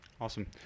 Awesome